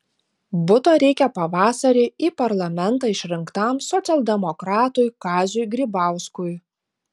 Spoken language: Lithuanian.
buto reikia pavasarį į parlamentą išrinktam socialdemokratui kaziui grybauskui